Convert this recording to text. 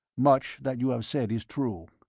much that you have said is true.